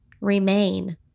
remain